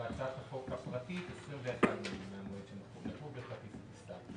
והצעת החוק הפרטית 21 ימים מהמועד שנקוב בכרטיס הטיסה.